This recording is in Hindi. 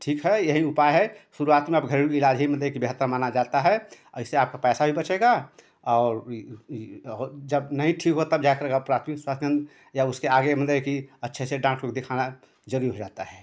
ठीक है यही उपाय है शुरुआत में अब घरेलू इलाज़ ही मतलब कि बेहतर माना जाता है और इससे आपका पैसा भी बचेगा और और जब नहीं ठीक होगा तब जा करके आप प्राथमिक स्वास्थ्य केन्द्र या उसके आगे मतलब कि अच्छे से डॉक्टर को दिखाना जरूरी हो जाता है